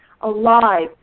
alive